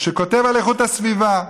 שכותב על איכות הסביבה.